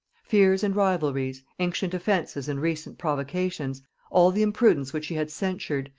fears and rivalries, ancient offences and recent provocations all the imprudence which she had censured,